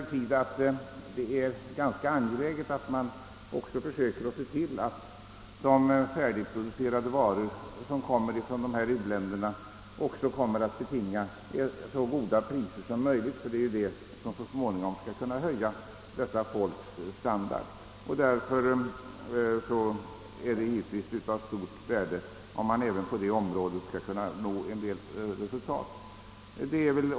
Det är emellertid ganska angeläget att man också försöker se till att de färdigproducerade varor som kommer från ifrågavarande u-länder kommer att betinga så goda priser som möjligt, ty det är detta som så småningom 'skall kunna höja folkens standard. Därför är det givetvis av stort värde, om man även på detta område kunde uppnå resultat.